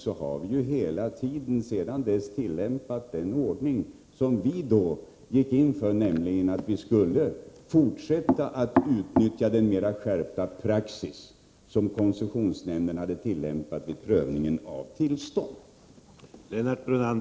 Vi har hela tiden sedan 1982 följt den ordning som vi då gick in för, nämligen att vi skulle fortsätta att utnyttja den mera skärpta praxis som koncessionsnämnden ditintills hade tillämpat vid prövningen av tillstånd.